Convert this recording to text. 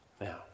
Now